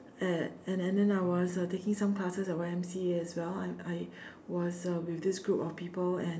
at and then I was uh taking some classes at Y_M_C_A as well and I was uh with this group of people and